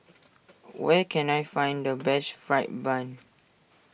where can I find the best Fried Bun